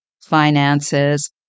finances